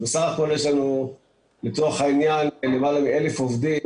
בסך הכול יש לנו לצורך העניין למעלה מ-1,000 עובדים,